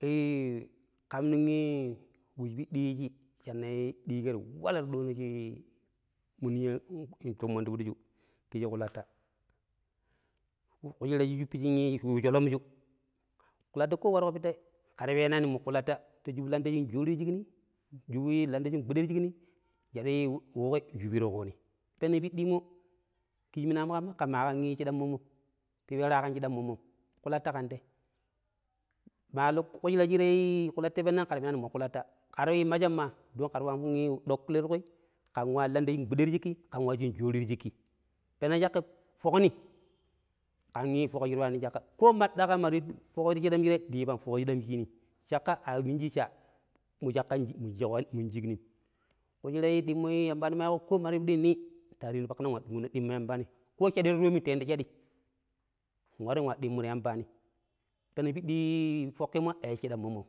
﻿ii Kam nog ii we shi piɗɗi yishi, shanneii ɗiƙo walata ɗono shii mu ninya mutummon tipiɗi shu ƙishi ƙulaata ƙu shira shii shuppijin wo ii sholomju, kulatta ko waroƙo pittai ƙe ta penanii ummo kulatta, ta shubu lantashin jorii ti shigni, lanta shin gɓuɗe ti shigni nshaɗu we ƙwi nshupi ti ƙwinii, peneg piɗɗimmo ƙishi minanu ƙamma, ƙamma ƙaan chiɗɗam minjem, pipero a ƙaam ƙn chiɗɗam mommom, kulatta ƙan te ma lok ƙushira shi kulatta pennan ƙe ta penani ƙe sha ummomo kulatta ƙa ta yu maccham ma don ƙa ta waan ɗoƙƙili ti ƙwi ƙe ta waan landa shingɓuɗe ti shigƙi, ƙaan wachi joriiti shigƙi. peneg shaƙƙa foƙni ƙan foƙ shiraa nog shaƙƙa ko ma ɗaƙaam mandi yi foƙ shiɗam shirai ndi yi pang foƙ shiɗam shinii, shaƙƙa a ɗichi sha mu ja mu sha nƙan shignim. ƙu. shira ɗimmo yamba ni ma yiƙo ko ma ti piɗi yi ni ta waree ni pagƙanag wa tang ɗimmo yambaa ni, ko shaɗi ta toomi ta indo shaɗi nwarii wa dimmuru yambani, peneg piɗɗifoƙƙimmo a yijii chiɗɗam mummom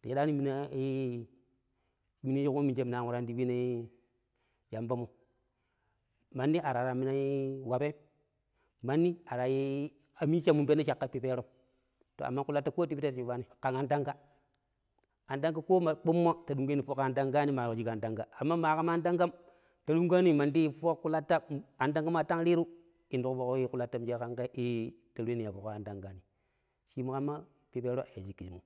ta shaɗani mommo iininya an waraani ti pinoi ii yamba mo mandi a ta waruyammina wappem, manni a mijii mun penoo shaƙƙa ii piperom, amma kulatta ko ti pittai, ƙan antangha, antangha ko ma ƙpummo ta ɗiyita yu foƙ antangha ni ma weƙo shiƙ antangha, ma ƙaama antangham ta ɗunƙaani mandi yi foƙ ƙulatta, antangha ma tag riruu intuƙo foƙ ƙulattam mishe ƙan ƙe, ta wreeni ya foƙ antanghani, shimu ƙamma pipero a yishii kisshimmom.